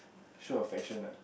show affection lah